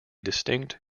distinct